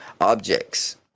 objects